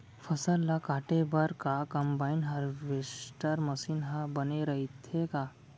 फसल ल काटे बर का कंबाइन हारवेस्टर मशीन ह बने रइथे का?